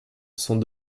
sont